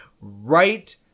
right